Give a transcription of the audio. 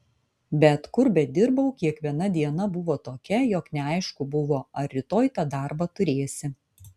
bet kur bedirbau kiekviena diena buvo tokia jog neaišku buvo ar rytoj tą darbą turėsi